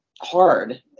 hard